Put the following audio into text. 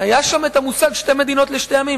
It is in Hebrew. היה שם המושג שתי מדינות לשני עמים.